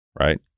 Right